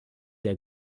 der